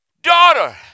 Daughter